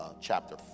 chapter